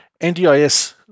NDIS